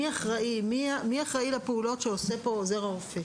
מי אחראי לפעולות שעושה פה עוזר הרופא.